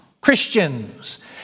Christians